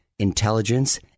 Intelligence